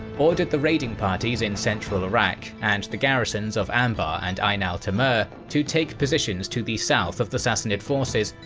ordered the raiding parties in central iraq and the garrisons of anbar and ain-al-tamur to take positions to the south of the sassanid forces,